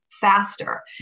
faster